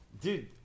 Dude